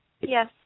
Yes